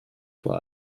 vor